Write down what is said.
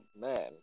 man